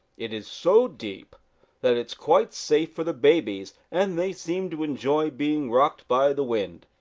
it is so deep that it is quite safe for the babies, and they seem to enjoy being rocked by the wind.